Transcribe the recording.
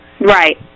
Right